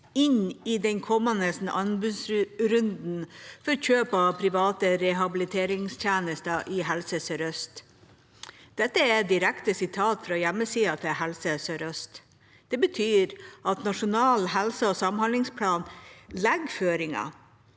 inn i den kommende anbudsrunden for kjøp av private rehabiliteringstjenester i Helse Sør-Øst.» Dette er et direkte sitat fra hjemmesida til Helse sørøst. Det betyr at Nasjonal helse- og samhandlingsplan legger føringer.